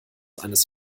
eines